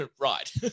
Right